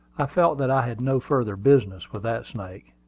i felt that i had no further business with that snake.